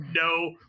no